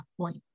point